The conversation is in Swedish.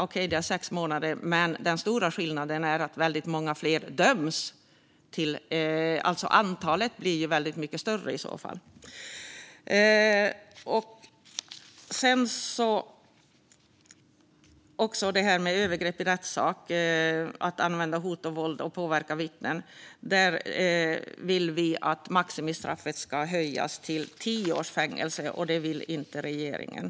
Visst, det är sex månader. Men den stora skillnaden är att väldigt många fler döms. Antalet blir mycket större. Jag vill även ta upp övergrepp i rättssak - att använda hot och våld för att påverka vittnen. Vi vill att maximistraffet ska höjas till tio års fängelse. Det vill inte regeringen.